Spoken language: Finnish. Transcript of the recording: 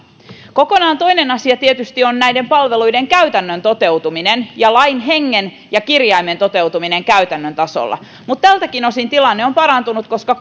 kokonaan toinen asia tietysti on näiden palveluiden käytännön toteutuminen ja lain hengen ja kirjaimen toteutuminen käytännön tasolla mutta tältäkin osin tilanne on parantunut koska